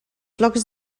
flocs